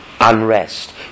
unrest